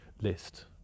list